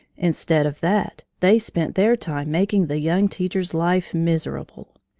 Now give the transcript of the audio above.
instead of that they spent their time making the young teacher's life miserable.